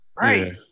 right